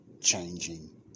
changing